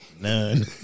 None